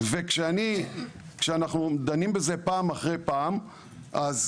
וכשאני, כשאנחנו דנים בזה פעם אחר פעם, אז